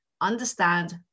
understand